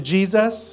Jesus